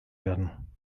werden